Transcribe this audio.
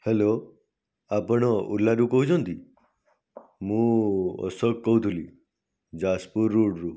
hello ଆପଣ ଓଲାରୁ କହୁଛନ୍ତି ମୁଁ ଅଶୋକ କହୁଥିଲି ଯାଜପୁର ରୋଡ଼ରୁ